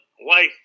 wife